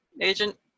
Agent